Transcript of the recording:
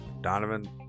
Donovan